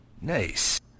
nice